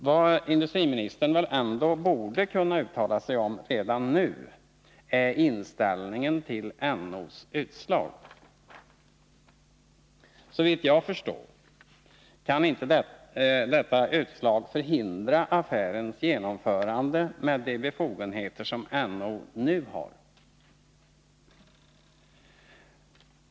Vad industriministern väl ändå borde kunna uttala sig om redan nu är inställningen till NO:s utslag. Såvitt jag förstår kan inte detta utslag förhindra affärens genomförande med de befogenheter som NO nu har.